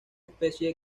especie